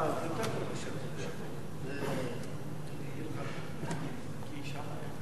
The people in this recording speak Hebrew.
תשעה בעד,